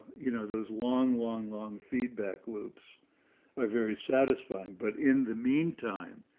you know, those long, long, long feedback loops are very satisfying. but in the meantime,